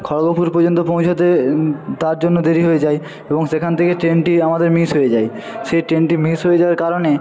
খড়গপুর পর্যন্ত পোঁছাতে তার জন্য দেরি হয়ে যায় এবং সেখান থেকে ট্রেনটি আমাদের মিস হয়ে যায় সেই ট্রেনটি মিস হয়ে যাওয়ার কারণে